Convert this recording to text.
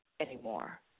anymore